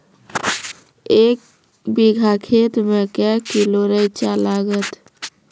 एक बीघा खेत मे के किलो रिचा लागत?